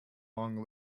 long